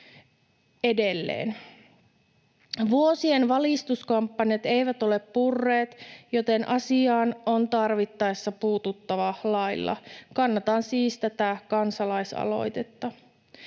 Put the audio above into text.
edelleen. Vuosien valistuskampanjat eivät ole purreet, joten asiaan on tarvittaessa puututtava lailla. Kannatan siis tätä kansalaisaloitetta.